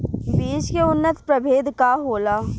बीज के उन्नत प्रभेद का होला?